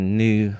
new